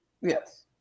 Yes